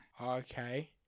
Okay